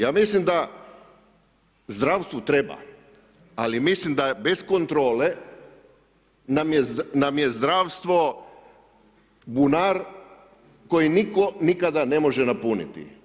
Ja mislim da zdravstvu treba li mislim da bez kontrole nam je zdravstvo bunar koji nitko nikada ne može napuniti.